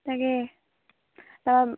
তাকে